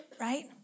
right